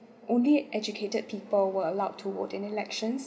only educated people were allowed to vote in elections